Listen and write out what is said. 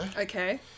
Okay